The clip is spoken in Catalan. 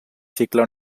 cicle